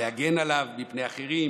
להגן עליו מפני אחרים,